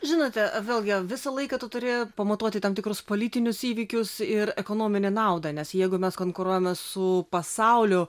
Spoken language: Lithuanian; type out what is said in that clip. žinote vėlgi visą laiką tu turi pamatuoti tam tikrus politinius įvykius ir ekonominę naudą nes jeigu mes konkuruojame su pasauliu